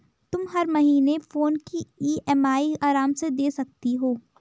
तुम हर महीने फोन की ई.एम.आई आराम से दे सकती हो